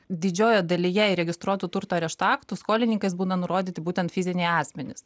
didžioje dalyje įregistruotų turto arešto aktų skolininkais būna nurodyti būtent fiziniai asmenys